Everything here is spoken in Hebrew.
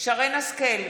שרן מרים השכל,